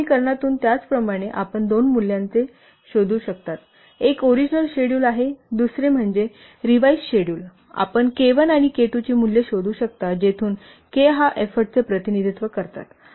या समीकरणातून त्याचप्रमाणे आपण दोन मूल्यांचे काय शोधू शकता एक ओरिजिनल शेड्युल आहे दुसरे म्हणजे रिव्हाईज शेड्युल आपण K1 आणि K 2 ची मूल्ये शोधू शकता जेथून K हा एफ्फोर्ट चे प्रतिनिधित्व करतात